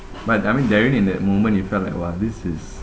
but I mean diving in that moment you felt like !wah! this is